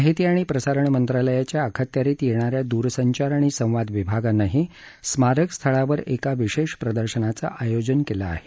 माहिती आणि प्रसारण मंत्रालयाच्या अखत्यारीत येणाऱ्या दूरसंचार आणि संवाद विभागानंही स्मारक स्थळावर एका विशेष प्रदर्शनाचं आयोजन केलं आहे